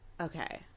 okay